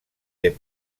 des